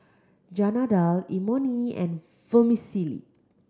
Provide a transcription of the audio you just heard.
Dal Imoni and Vermicelli